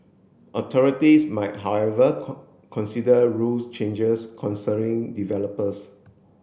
authorities might however consider rules changes concerning developers